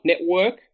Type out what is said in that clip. network